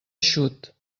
eixut